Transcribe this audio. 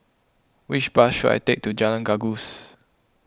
which bus should I take to Jalan Gajus